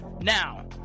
Now